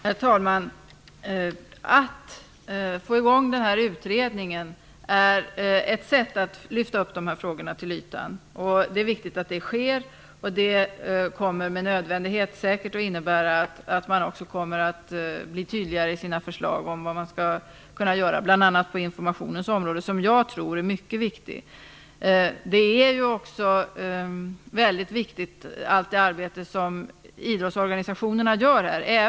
Herr talman! Att få i gång denna utredning är ett sätt att lyfta upp dessa frågor till ytan. Det är viktigt att det sker. Det kommer med nödvändighet att innebära att man blir tydligare i sina förslag om vad man skall kunna göra, bl.a. på informationens område. Jag tror att information är mycket viktigt. Allt det arbete som idrottsorganisationerna gör är också mycket viktigt.